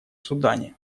судане